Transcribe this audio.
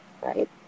right